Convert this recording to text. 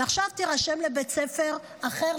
ועכשיו תירשם לבית ספר אחר,